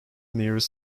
nearest